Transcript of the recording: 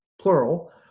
plural